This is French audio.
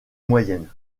moyenne